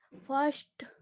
first